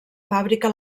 fàbrica